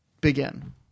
begin